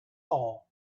hall